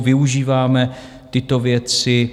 Využíváme tyto věci.